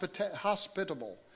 Hospitable